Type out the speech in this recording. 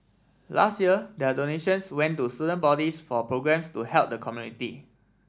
last year their donations went to student bodies for programmes to help the community